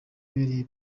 abereye